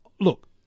Look